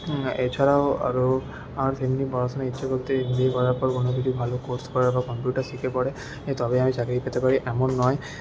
এছাড়াও আরও আর এমনি পড়াশুনার ইচ্ছে বলতে এমবিএ করার পর কোনো যদি ভালো কোর্স করার বা কম্পিউটার শিখে পরে তবে আমি চাকরি পেতে পারি এমন নয়